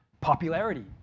popularity